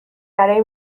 برای